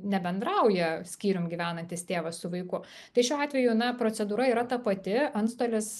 nebendrauja skyrium gyvenantis tėvas su vaiku tai šiuo atveju na procedūra yra ta pati antstolis